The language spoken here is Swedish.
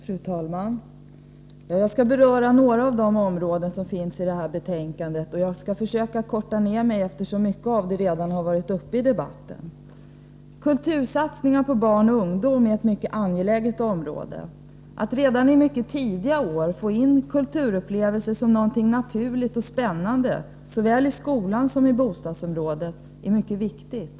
Fru talman! Jag skall beröra några av de områden som behandlas i detta betänkande, men jag skall försöka korta ner mitt anförande, eftersom mycket redan har varit uppe i debatten. Kultursatsningar för barn och ungdom är ett mycket angeläget område. Att redan i mycket tidiga år få in kulturupplevelser som någonting naturligt och spännande, såväl i skolan som i bostadsområdet, är mycket viktigt.